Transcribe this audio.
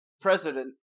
president